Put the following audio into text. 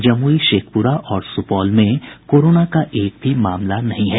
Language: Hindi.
जमुई शेखुपरा और सूपौल में कोरोना का एक भी मामला नहीं है